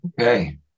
Okay